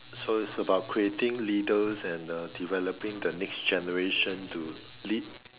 so it's about creating leaders and uh developing the next generation to lead